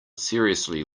seriously